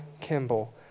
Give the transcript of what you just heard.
Kimball